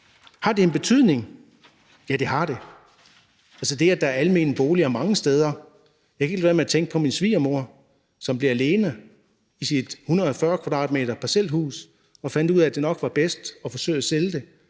Har det en betydning? Ja, det har det, altså det, at der er almene boliger mange steder. Jeg kan ikke lade være med at tænke på min svigermor, som blev alene i sit 140 m² parcelhus og fandt ud af, at det nok var bedst at forsøge at sælge det,